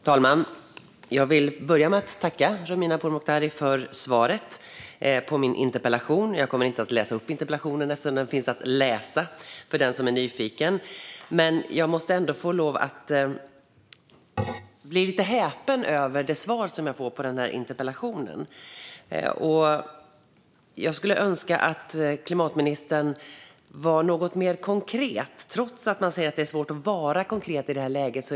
Fru talman! Jag vill börja med att tacka Romina Pourmokhtari för svaret på min interpellation. Jag kommer inte att läsa upp interpellationen eftersom den, för den som är nyfiken, finns att läsa. Men jag måste säga att jag blir lite häpen över det svar jag får. Jag skulle önska att klimatministern var något mer konkret, trots att hon säger att det är svårt att vara konkret i det här läget.